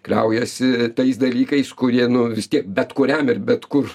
kliaujasi tais dalykais kurie nu vis tiek bet kuriam ir bet kur